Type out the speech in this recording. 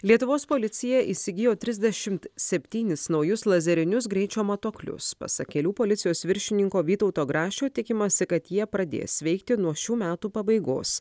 lietuvos policija įsigijo trisdešimt septynis naujus lazerinius greičio matuoklius pasak kelių policijos viršininko vytauto grašio tikimasi kad jie pradės veikti nuo šių metų pabaigos